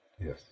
Yes